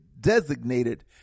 designated